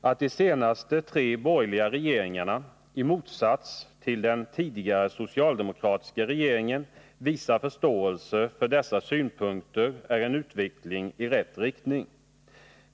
Att de senaste tre borgerliga regeringarna, i motsats till den tidigare socialdemokratiska regeringen, visar förståelse för dessa synpunkter är en utveckling i rätt riktning.